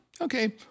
okay